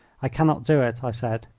i cannot do it, i said.